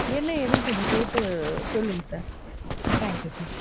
என்ன ஏதுன்னு கொஞ்சம் கேட்டு சொல்லுங்கள் சார் தேங்க் யூ சார்